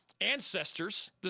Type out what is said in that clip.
ancestors